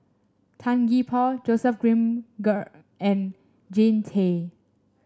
Tan Gee Paw Joseph Grimberg and Jean Tay